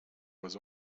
was